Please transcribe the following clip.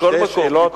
שתי שאלות.